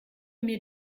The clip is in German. mir